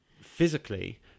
physically